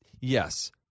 yes